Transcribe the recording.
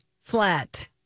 Flat